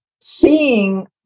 seeing